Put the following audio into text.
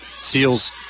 Seals